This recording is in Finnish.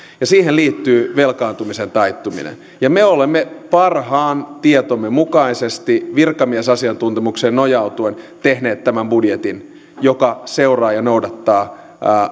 siihen liittyy velkaantumisen taittuminen ja me olemme parhaan tietomme mukaisesti virkamiesasiantuntemukseen nojautuen tehneet tämän budjetin joka seuraa ja noudattaa